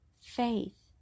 faith